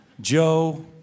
Joe